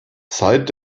seit